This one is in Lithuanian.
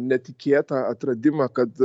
netikėtą atradimą kad